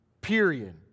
Period